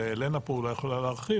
ולנה פה אולי יכולה להרחיב,